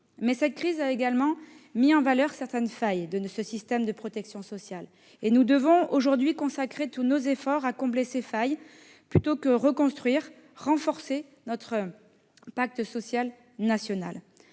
cette crise a également mis en valeur certaines failles de notre système de protection sociale et nous devons aujourd'hui consacrer tous nos efforts à les combler plutôt que reconstruire ou renforcer notre pacte social national.